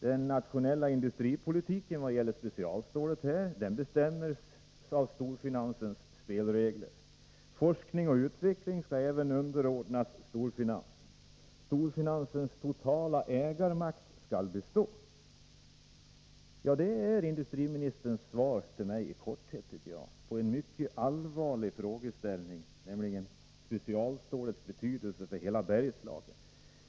Den nationella industripolitiken när det gäller specialstålet bestäms av storfinansens spelregler. Forskning och utveckling skall också underordnas storfinansen. Storfinansens totala ägarmakt skall bestå. Det är i korthet industriministerns svar till mig i ett mycket allvarligt ärende, nämligen frågan om specialstålets betydelse för hela Bergslagen.